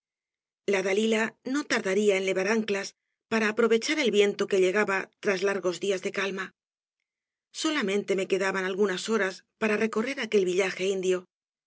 la dalila no tardaría en levar anclas para aprovechar el viento que llegaba tras largos días de calma solamente me quedaban algunas horas para recorrer aquel villaje indio de